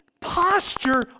posture